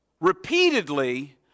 repeatedly